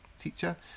teacher